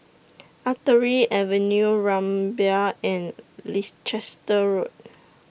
Artillery Avenue Rumbia and Leicester Road